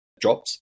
drops